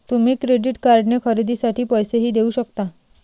तुम्ही क्रेडिट कार्डने खरेदीसाठी पैसेही देऊ शकता